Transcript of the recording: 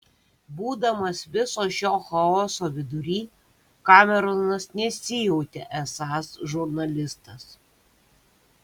būdamas viso šio chaoso vidury kameronas nesijautė esąs žurnalistas